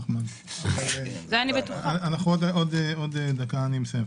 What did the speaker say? עוד דקה אני מסיים.